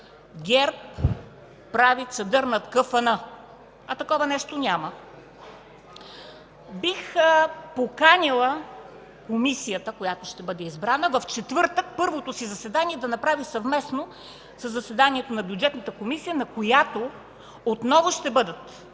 „ГЕРБ прави чадър над КФН“, а такова нещо няма. Бих поканила комисията, която ще бъде избрана, в четвъртък първото си заседание да направи съвместно със заседанието на Бюджетната комисия, на което отново ще бъдат